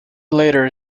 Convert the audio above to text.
later